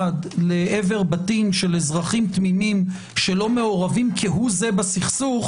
לעבר בתים של אזרחים תמימים שלא מעורבים כהוא זה בסכסוך